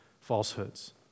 falsehoods